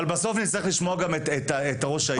אבל בסוף נצטרך לשמוע גם את ראש העיר.